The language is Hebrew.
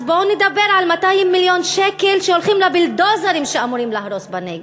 אז בואו נדבר על 200 מיליון שקל שהולכים לבולדוזרים שאמורים להרוס בנגב.